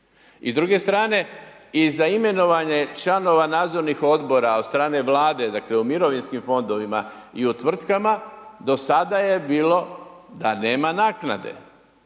I s druge strane i za imenovanje članova nadzornih odbora od strane Vlade, dakle u mirovinskim fondovima i u tvrtkama do sada je bilo da nema naknade.